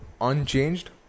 unchanged